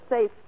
safe